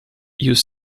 use